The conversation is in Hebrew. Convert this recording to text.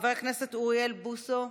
חבר הכנסת אוריאל בוסו,